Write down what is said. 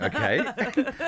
okay